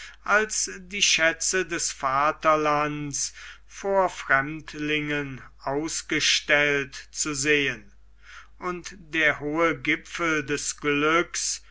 als die schätze des vaterlands vor fremdlingen ausgestellt zu sehen und der hohe gipfel des glücks